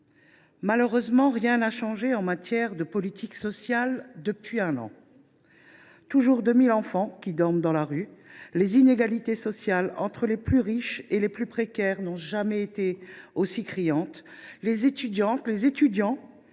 Malheureusement, rien n’a changé en matière de politique sociale depuis un an. Quelque 2 000 enfants dorment toujours dans la rue. Les inégalités sociales entre les plus riches et les plus précaires n’ont jamais été aussi criantes. Les étudiantes et les étudiants